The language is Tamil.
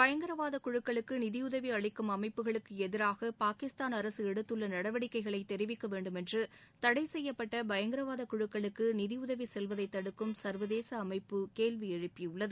பயங்கரவாத குழுக்களுக்கு நிதியுதவி அளிக்கும் அமைப்புகளுக்கு எதிராக பாகிஸ்தான் அரசு எடுத்துள்ள நடவடிக்கைகளை தெரிவிக்க வேண்டுமென்று தடை செய்யப்பட்ட பயங்கரவாத குழுக்களுக்கு நிதி உதவி செல்வதை தடுக்கும் சர்வதேச அமைப்பு கேள்வி எழுப்பியுள்ளது